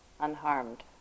unharmed